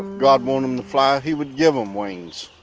god wanted them to fly, he would give them wings.